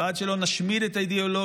ועד שלא נשמיד את האידיאולוגיה